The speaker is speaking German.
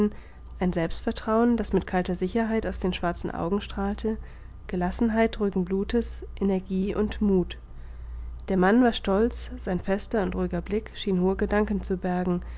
ein selbstvertrauen das mit kalter sicherheit aus den schwarzen augen strahlte gelassenheit ruhigen blutes energie und muth der mann war stolz sein fester und ruhiger blick schien hohe gedanken zu bergen